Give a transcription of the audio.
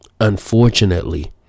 unfortunately